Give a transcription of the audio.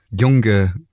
younger